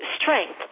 strength